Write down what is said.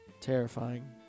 Terrifying